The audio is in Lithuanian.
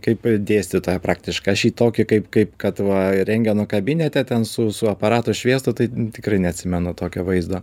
kaip dėstytoją praktišką aš jį tokį kaip kaip kad va rentgeno kabinete ten su su aparato šviesa tai tikrai neatsimenu tokio vaizdo